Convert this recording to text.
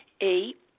Eight